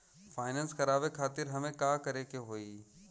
Finance करावे खातिर हमें का करे के होई?